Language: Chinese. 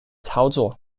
操作